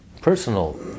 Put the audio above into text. personal